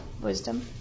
Wisdom